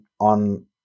on